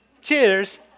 cheers